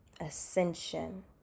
ascension